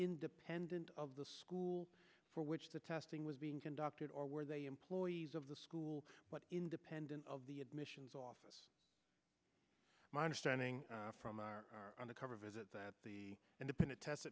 independent of the school for which the testing was being conducted or where they employees of the school independent of the admissions office my understanding from our undercover visit that the independent test